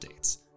updates